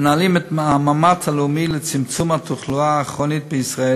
מנהל את המאמץ הלאומי לצמצום התחלואה הכרונית בישראל